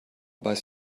weiß